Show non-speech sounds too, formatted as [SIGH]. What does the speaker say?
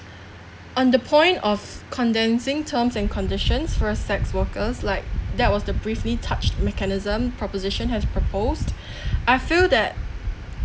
on the point of condensing terms and conditions sex workers like that was the briefly touched mechanism proposition has proposed [BREATH] I feel that